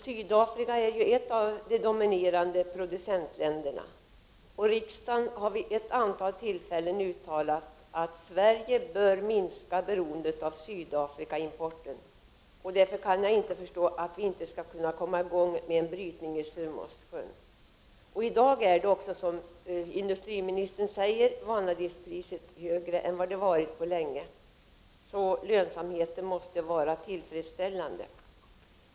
Sydafrika är ett av de dominerande producentländerna. Riksdagen har vid ett antal tillfället uttalat att Sverige bör minska beroendet av importen från Sydafrika. Därför kan jag inte förstå varför vi inte skulle kunna komma i gång med en brytning i Sumåssjön. I dag är, precis som industriministern säger, vanadinpriset högre än vad det har varit på länge. Så lönsamheten måste vara tillfredsställande.